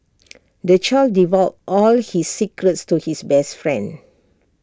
the child divulged all his secrets to his best friend